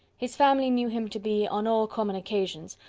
his family knew him to be, on all common occasions,